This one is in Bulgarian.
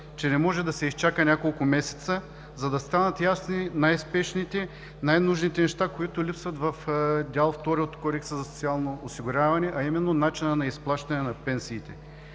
че не може да се изчака няколко месеца, за да станат ясни най-спешните, най-нужните неща, които липсват в Дял втори от Кодекса за социално осигуряване, а именно: начинът на изплащане на пенсиите.